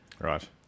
Right